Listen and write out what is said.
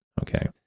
Okay